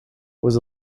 was